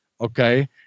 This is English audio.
Okay